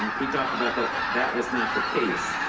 and he talked about that. that was not the case.